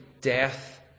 death